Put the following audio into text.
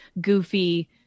goofy